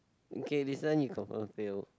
okay this one you confirm fail